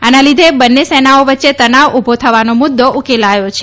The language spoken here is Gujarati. આના લીધે બંને સેનાઓ વચ્ચે તનાવ ઉભો થવાનો મુદ્દો ઉકેલાયો છે